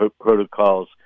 protocols